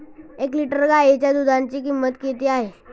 एक लिटर गाईच्या दुधाची किंमत किती आहे?